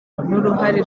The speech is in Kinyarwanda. n’uruhare